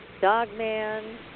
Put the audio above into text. Dogman